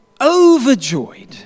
overjoyed